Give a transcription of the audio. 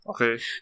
Okay